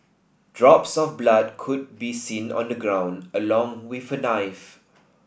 drops of blood could be seen on the ground along with a knife